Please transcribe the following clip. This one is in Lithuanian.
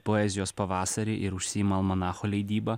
poezijos pavasarį ir užsiima almanacho leidyba